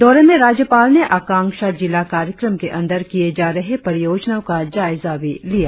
दौरे में राज्यपाल ने आकांक्षा जिला कार्यक्रम के अंदर किए जा रहे परियोजनाओ का जायजा भी लिया